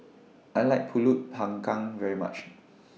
I like Pulut Panggang very much